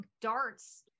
darts